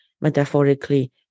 metaphorically